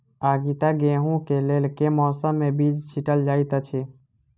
आगिता गेंहूँ कऽ लेल केँ मौसम मे बीज छिटल जाइत अछि?